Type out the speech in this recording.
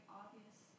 obvious